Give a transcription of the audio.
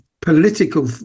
political